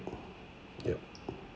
yup